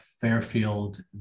fairfield